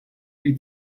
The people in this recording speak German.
die